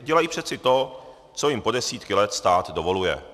Dělají přeci to, co jim po desítky let stát dovoluje.